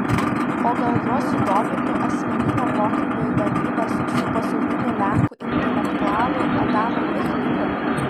o gal juos sudomintų asmeninio pokalbio įdomybės su pasauliniu lenkų intelektualu adamu michniku